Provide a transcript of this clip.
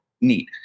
neat